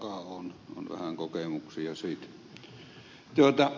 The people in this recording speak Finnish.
on vähän kokemuksia siitä